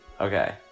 Okay